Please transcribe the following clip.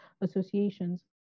associations